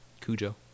Cujo